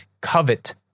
covet